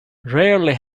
rarely